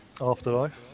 Afterlife